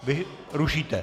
Vy rušíte.